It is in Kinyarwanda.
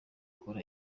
kora